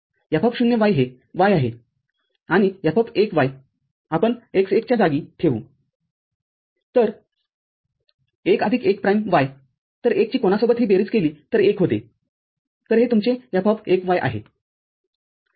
F0y हे y आहे आणि F1y आपण x १च्या जागी ठेऊतर १ आदिक १ प्राईम y तर१ ची कोणासोबतही बेरीज केली तर १ होते तरहे तुमचे F१yआहे